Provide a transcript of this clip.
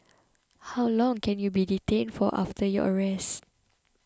how long can you be detained for after your arrest